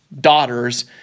daughters